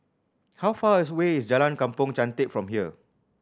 how far away is Jalan Kampong Chantek from here